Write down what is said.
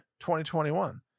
2021